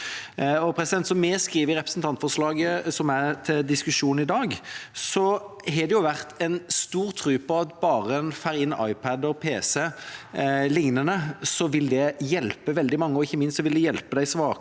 Som vi skriver i representantforslaget som er til diskusjon i dag, har det vært stor tro på at bare man får inn iPad, pc o.l., vil det hjelpe veldig mange, og ikke minst at det vil hjelpe de svake